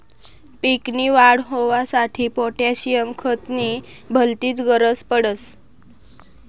पीक नी वाढ होवांसाठी पोटॅशियम खत नी भलतीच गरज पडस